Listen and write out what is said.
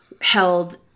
held –